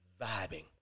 Vibing